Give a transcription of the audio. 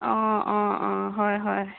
অঁ অঁ অঁ হয় হয়